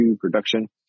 production